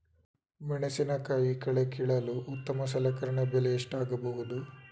ಮೆಣಸಿನಕಾಯಿ ಕಳೆ ಕೀಳಲು ಉತ್ತಮ ಸಲಕರಣೆ ಬೆಲೆ ಎಷ್ಟಾಗಬಹುದು?